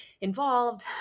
involved